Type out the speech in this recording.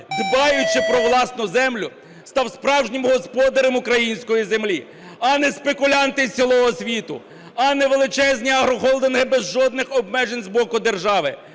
дбаючи про власну землю, став справжнім господарем української землі, а не спекулянти з цілого світу, а не величезні агрохолдинги без жодних обмежень з боку держави,